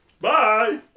Bye